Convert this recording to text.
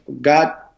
God